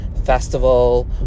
festival